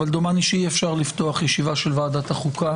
אבל דומני שאי-אפשר לפתוח ישיבה של ועדת החוקה